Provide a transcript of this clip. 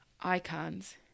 icons